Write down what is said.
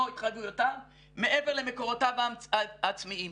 התחייבויותיו מעבר למקורותיו העצמאיים.